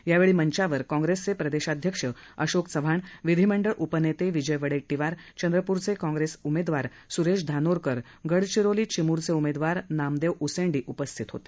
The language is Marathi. यावेळी मंचावर काँग्रेसचे प्रदेशाध्यक्ष अशोक चव्हाण विधीमंडळ उपनेते विजय वडेट्टीवार चंद्रपूरचे काँग्रेस उमेदवार स्रेश धानोरकर गडचिरोली चिमूरचे उमेदवार नामदेव उसेंडी उपस्थित होते